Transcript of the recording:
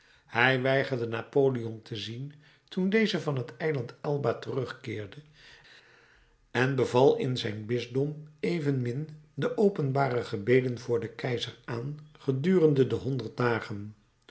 hij weigerde napoleon te zien toen deze van het eiland elba terugkeerde en beval in zijn bisdom evenmin de openbare gebeden voor den keizer aan gedurende de honderd dagen